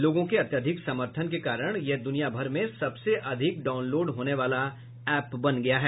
लोगों के अत्यधिक समर्थन के कारण यह दुनियाभर में सबसे अधिक डाउनलोड होने वाला एप बन गया है